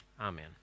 Amen